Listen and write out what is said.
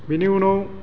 बेनि उनाव